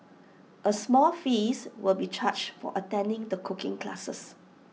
A small fees will be charged for attending the cooking classes